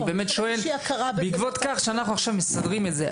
אני באמת שואל: בעקבות כך שאנחנו מסדרים את זה,